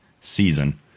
season